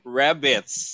rabbits